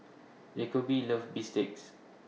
Jacoby loves Bistakes